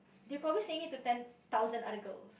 they probably saying it to ten thousand other girls